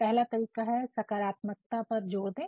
पहला तरीका है सकारात्मकता पर जोर दें